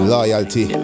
Loyalty